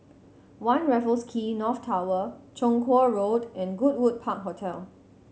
One Raffles Quay North Tower Chong Kuo Road and Goodwood Park Hotel